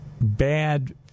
bad